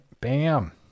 bam